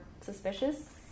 suspicious